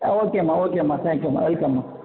ஆ ஓகேமா ஓகேமா தேங்க்யூமா வெல்கம்மா